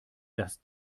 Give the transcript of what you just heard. dass